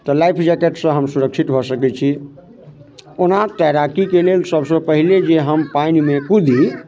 तऽ life jacket सऽ हम सुरक्षित भऽ सकै छी ओना तैराकीके लेल सभ सॅं पहिले जे हम पानिमे कूदि